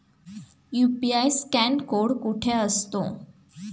UPI scan code कुठे असतो?